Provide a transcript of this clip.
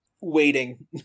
waiting